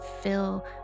fill